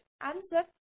Answer